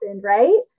right